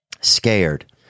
scared